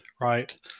right